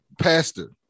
pastor